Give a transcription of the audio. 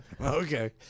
Okay